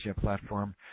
platform